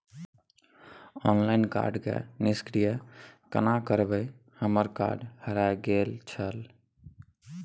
Online card के निष्क्रिय केना करबै हमर कार्ड हेराय गेल छल?